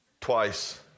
twice